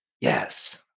Yes